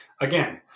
Again